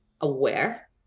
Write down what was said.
aware